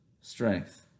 strength